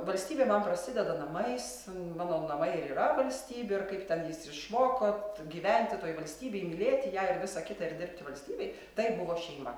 valstybė man prasideda namais mano namai ir yra valstybė ir kaip ten jis išmokot gyventi toj valstybėj mylėti ją ir visa kita ir dirbti valstybei tai buvo šeima